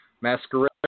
Masquerade